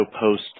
post –